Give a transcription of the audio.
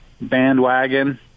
bandwagon